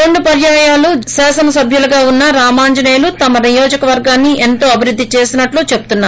రెండు పర్యాయాలు శాసనసభ్యులుగా వున్న రామాంజనేయులు తన నియోజకవర్గాన్ని ఎంతో అభివృద్ది చేసినట్లు చెబుతున్నారు